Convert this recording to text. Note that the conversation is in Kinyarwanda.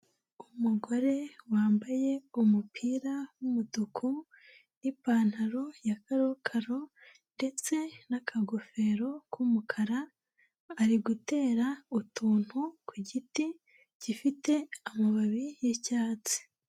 Umugore wambaye umupira w'umutuku n'ipantaro ya karokaro ndetse n'akagofero k'umukara, ari gutera utuntu ku giti gifite amababi y'icyatsi.